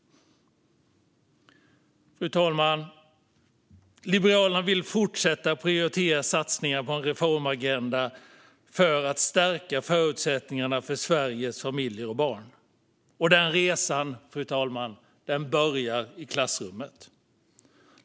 Fru talman! Liberalerna vill fortsätta prioritera satsningarna på en reformagenda för att stärka förutsättningarna för Sveriges familjer och barn. Den resan, fru talman, börjar i klassrummet.